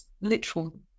literal